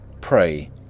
Pray